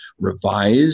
revised